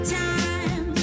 time